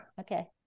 Okay